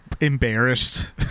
embarrassed